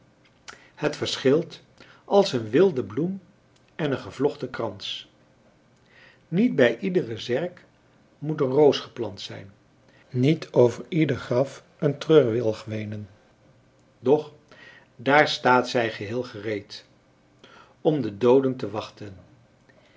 het verschilt als een wilde bloem en een gevlochten krans niet bij iedere zerk moet een roos geplant zijn niet over ieder graf een treurwilg weenen doch dààr staan zij geheel gereed om op de dooden te wachten